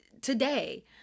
today